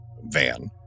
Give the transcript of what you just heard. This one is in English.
van